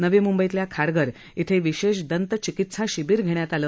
नवी मुंबईतल्या खारघर इथं विशेष दंतचिकित्सा शिबीर घेण्यात आलं